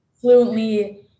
fluently